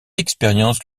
expérience